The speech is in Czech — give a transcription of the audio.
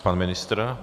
Pan ministr.